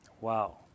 wow